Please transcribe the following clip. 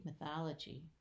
mythology